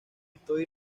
estoy